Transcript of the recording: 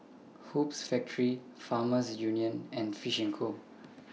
Hoops Factory Farmers Union and Fish and Co